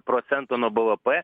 procento nuo bvp